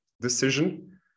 decision